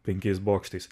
penkiais bokštais